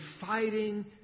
fighting